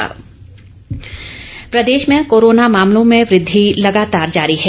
Himachal corona Pradesh में corona मामलों में वृद्धि लगातार जारी है